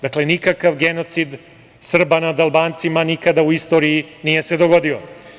Dakle, nikakav genocid Srba nad Albancima nikada u istoriji nije se dogodio.